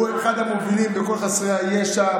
הוא אחד מהמובילים בכל נושא חסרי הישע,